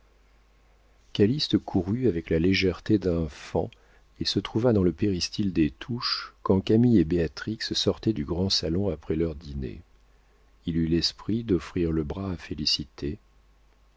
calyste courut avec la légèreté d'un faon et se trouva dans le péristyle des touches quand camille et béatrix sortaient du grand salon après leur dîner il eut l'esprit d'offrir le bras à félicité